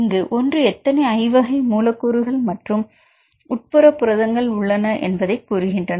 இங்கு l எத்தனை i வகை மூலக்கூறுகள் மற்றும் உட்புற புரதங்கள் உள்ளன என்பதைக் கூறுகின்றன